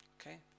Okay